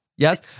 Yes